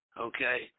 okay